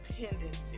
dependency